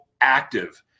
active